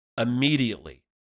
immediately